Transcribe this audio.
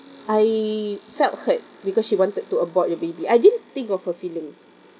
I felt hurt because she wanted to abort the baby I didn't think of her feelings